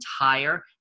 entire